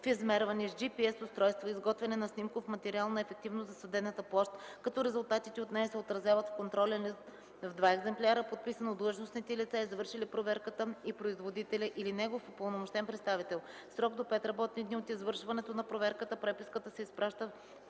в измерване с GPS устройство и изготвяне на снимков материал на ефективно засадената площ, като резултатите от нея се отразяват в контролен лист в два екземпляра, подписан от длъжностните лица, извършили проверката и производителя или негов упълномощен представител. В срок до 5 работни дни от извършването на проверката преписката се изпраща